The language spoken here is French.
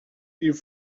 ils